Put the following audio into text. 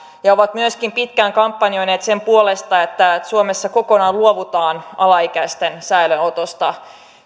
he ovat myöskin pitkään kampanjoineet sen puolesta että suomessa kokonaan luovutaan alaikäisten säilöönotosta